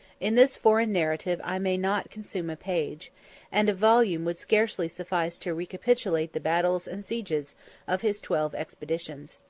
in this foreign narrative i may not consume a page and a volume would scarcely suffice to recapitulate the battles and sieges of his twelve expeditions.